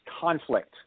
conflict